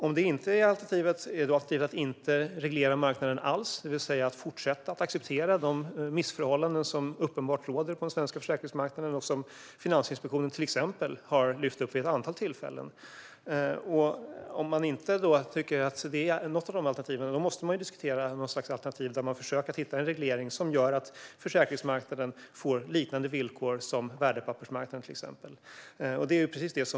Om detta inte är alternativet, är det då att inte reglera marknaden alls, det vill säga att fortsätta att acceptera de missförhållanden som uppenbart råder på den svenska försäkringsmarknaden och som till exempel Finansinspektionen har lyft upp vid ett antal tillfällen? Om man inte tycker om något av de alternativen måste man diskutera att försöka hitta en reglering som gör att försäkringsmarknaden får liknande villkor som värdepappersmarknaden, till exempel.